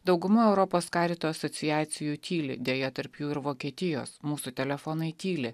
dauguma europos karito asociacijų tyli deja tarp jų ir vokietijos mūsų telefonai tyli